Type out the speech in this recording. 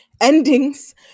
endings